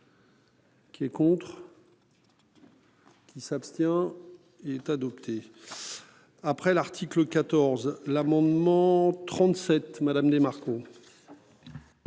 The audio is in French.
Qui est contre. Qui s'abstient. Il est adopté. Après l'article 14 l'amendement 37 madame Marco.